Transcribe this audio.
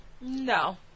No